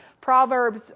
Proverbs